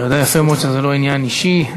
אתה יודע יפה מאוד שזה לא עניין אישי.